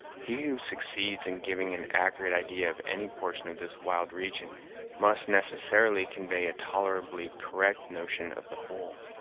he who succeeds in giving an accurate idea of any portion of this wild region must necessarily convey a tolerably correct notion of the whole.